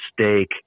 steak